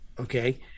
Okay